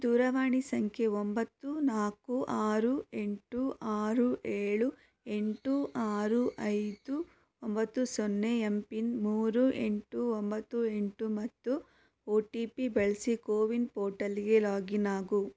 ದೂರವಾಣಿ ಸಂಖ್ಯೆ ಒಂಬತ್ತು ನಾಲ್ಕು ಆರು ಎಂಟು ಆರು ಏಳು ಎಂಟು ಆರು ಐದು ಒಂಬತ್ತು ಸೊನ್ನೆ ಎಂ ಪಿನ್ ಮೂರು ಎಂಟು ಒಂಬತ್ತು ಎಂಟು ಮತ್ತು ಒ ಟಿ ಪಿ ಬಳಸಿ ಕೋವಿನ್ ಪೋರ್ಟಲ್ಗೆ ಲಾಗಿನ್ ಆಗು